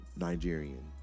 Nigerian